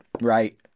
right